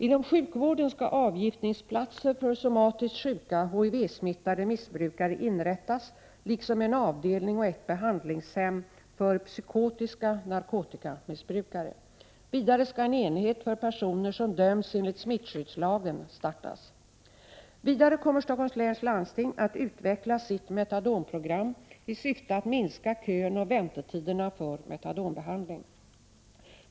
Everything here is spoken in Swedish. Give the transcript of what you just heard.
Inom sjukvården skall avgiftningsplatser för somatiskt sjuka HIV-smittade missbrukare inrättas liksom en avdelning och ett behandlingshem för psykotiska narkotikamissbrukare. Vidare skall en enhet för personer som döms enligt smittskyddslagen startas. Vidare kommer Stockholms läns landsting att utveckla sitt metadonprogram i syfte att minska kön och väntetiderna för metadonbehandling.